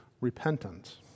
repentance